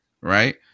right